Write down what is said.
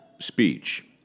speech